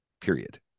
period